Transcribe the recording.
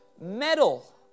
metal